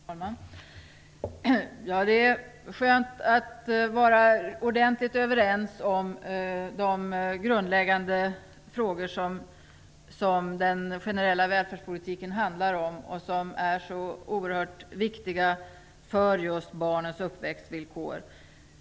Herr talman! Det är skönt att vara ordentligt överens om de grundläggande frågor som den generella välfärdspolitiken handlar om och som är så oerhört viktiga för just barnens uppväxtvillkor.